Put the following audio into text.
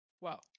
Wow